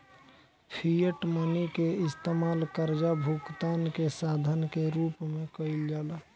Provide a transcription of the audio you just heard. fiat money के इस्तमाल कर्जा भुगतान के साधन के रूप में कईल जाला